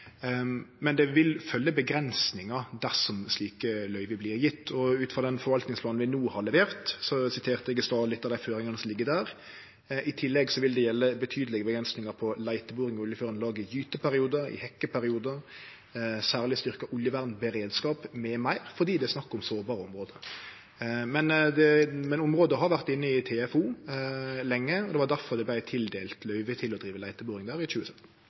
den forvaltningsplanen vi no har levert. I tillegg vil det gjelde betydelege avgrensingar på leiteboring i oljeførande lag i gyteperiodar og hekkeperiodar, og særleg styrkt oljevernberedskap m.m., fordi det er snakk om sårbare område. Men området har vore inne i TFO lenge. Det var difor det vart tildelt løyve til å drive leiteboring der i